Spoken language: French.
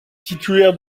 titulaire